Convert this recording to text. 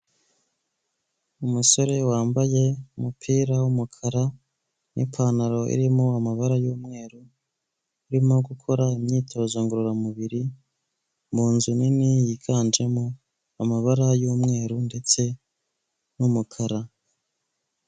Umusore wambaye umupira w'umukara n'ipantaro irimo amabara y'umweru, urimo gukora imyitozo ngororamubiri mu nzu nini yiganjemo amabara y'umweru ndetse n'umukara.